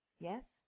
yes